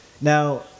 Now